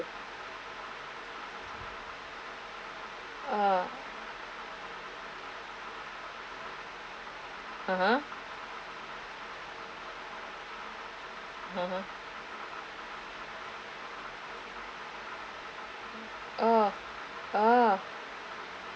ah (uh huh) (uh huh) ah ah